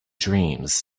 dreams